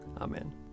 Amen